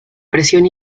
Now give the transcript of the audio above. presión